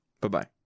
bye-bye